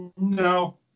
No